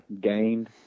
gained